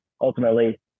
ultimately